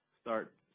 start